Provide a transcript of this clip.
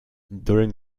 during